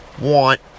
want